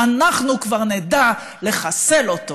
אנחנו כבר נדע לחסל אותו.